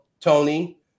Tony